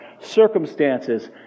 circumstances